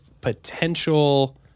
potential